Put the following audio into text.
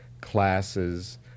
classes